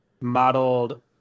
modeled